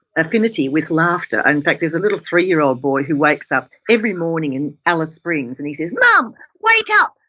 affinity with laughter in fact there's a little three-year-old boy who wakes up every morning in alice springs and he says mum! wake up!